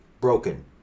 broken